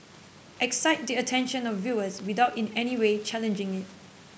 excite the attention of viewers without in any way challenging it